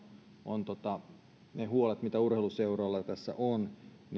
on ne huolet mitä urheiluseuroilla tässä on